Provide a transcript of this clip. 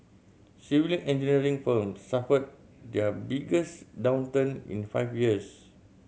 civil engineering firms suffered their biggest downturn in five years